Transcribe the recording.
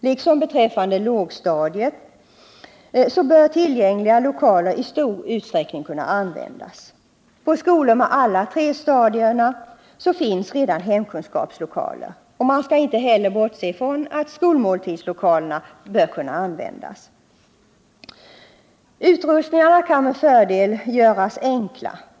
Liksom på lågstadiet bör tillgängliga lokaler i stor utsträckning kunna användas. På skolor med alla tre stadierna finns redan hemkunskapslokaler. Man skall inte heller bortse från att skolmåltidslokalerna bör kunna användas. Utrustningarna kan med fördel göras enkla.